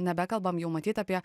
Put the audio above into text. nebekalbam jau matyt apie